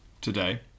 today